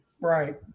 right